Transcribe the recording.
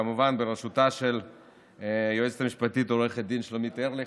כמובן בראשותה של היועצת המשפטית עו"ד שלומית ארליך,